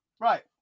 Right